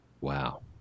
Wow